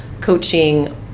coaching